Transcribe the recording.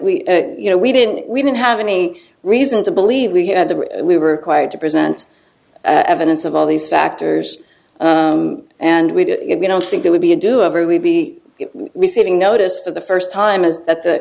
we you know we didn't we didn't have any reason to believe we had to we were required to present evidence of all these factors and we don't think there would be a do over we'd be receiving notice for the first time is that